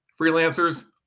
freelancers